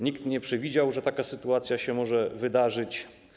Nikt nie przewidział, że taka sytuacja się może wydarzyć.